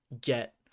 get